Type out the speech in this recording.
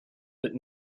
but